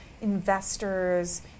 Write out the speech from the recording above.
investors